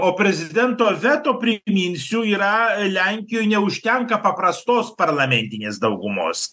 o prezidento veto priminsiu yra lenkijoj neužtenka paprastos parlamentinės daugumos